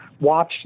watch